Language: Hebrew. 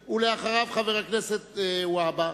אחריו, חבר הכנסת והבה.